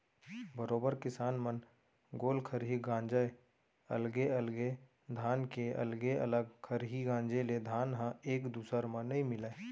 बरोबर किसान मन गोल खरही गांजय अलगे अलगे धान के अलगे अलग खरही गांजे ले धान ह एक दूसर म नइ मिलय